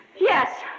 yes